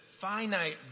finite